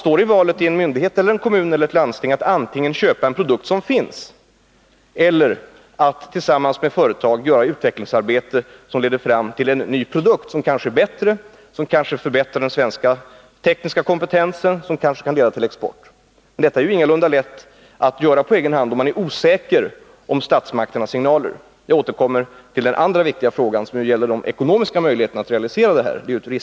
Vid en myndighet, i en kommun eller ett landsting står man kanske inför valet att antingen köpa en produkt som finns eller att tillsammans med ett företag bedriva ett utvecklingsarbete som leder fram till en ny produkt, som kanske är bättre än tidigare produkter, som kanske förbättrar den svenska tekniska kompetensen och som kanske kan bli föremål för export. Men det här är inte lätt att göra på egen hand om man är osäker vad gäller statsmakternas signaler. — Jag återkommer till den andra viktiga frågan, som gäller de ekonomiska möjligheterna att realisera projekt av det här slaget.